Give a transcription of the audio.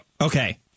Okay